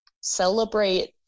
celebrate